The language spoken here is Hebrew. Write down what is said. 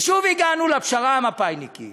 ושוב הגענו לפשרה המפ"איניקית